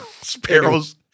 Sparrows